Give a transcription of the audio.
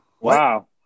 wow